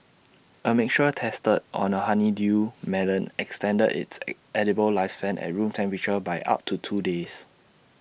A mixture tested on A honeydew melon extended its edible lifespan at room temperature by up to two days